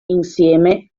insieme